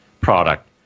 product